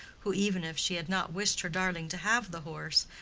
who, even if she had not wished her darling to have the horse,